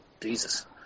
Jesus